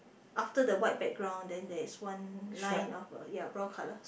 after the white background then there's one line of a ya brown colour